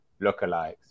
lookalikes